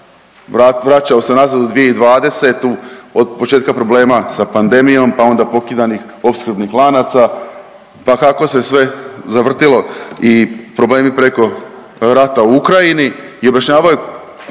vraćao se nazad u 2020., otpočetka problema sa pandemijom, pa onda pokidanih opskrbnih lanaca, pa kako se sve zavrtilo i problemi preko rata u Ukrajini